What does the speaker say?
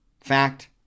fact